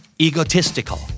egotistical